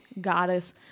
goddess